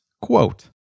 quote